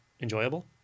enjoyable